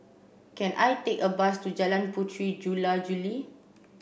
can I take a bus to Jalan Puteri Jula Juli